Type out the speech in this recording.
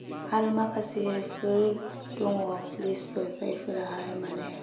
आरो माखासेफोर दङ पुलिसफोर जायफोराहाय माने